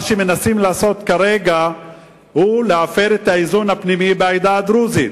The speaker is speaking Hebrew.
מה שמנסים לעשות כרגע הוא להפר את האיזון הפנימי בעדה הדרוזית,